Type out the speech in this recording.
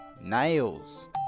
Nails